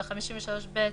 ב-53(ב),